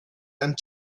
and